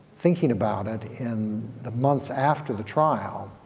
thinking about it in the months after the trial,